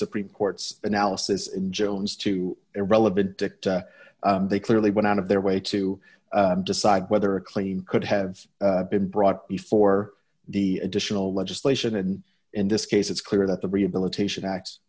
supreme court's analysis in jones to irrelevant dicta they clearly went out of their way to decide whether a clean could have been brought before the additional legislation and in this case it's clear that the rehabilitation act